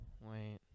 Wait